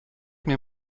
mir